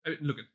Look